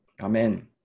Amen